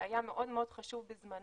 שהיה מאוד מאוד חשוב בזמנו,